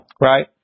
Right